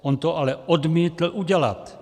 On to ale odmítl udělat.